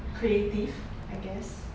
creative I guess